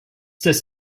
des